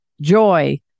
Joy